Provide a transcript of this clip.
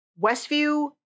Westview